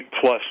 Plus